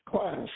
class